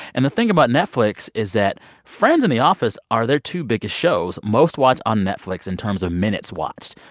and the thing about netflix is that friends and the office are their two biggest shows, most watched on netflix in terms of minutes watched.